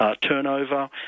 turnover